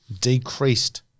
decreased